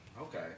Okay